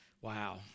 wow